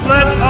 Let